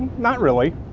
not really.